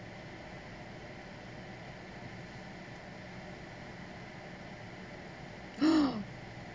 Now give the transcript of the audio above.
!huh!